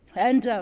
and oh,